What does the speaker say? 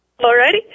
Alrighty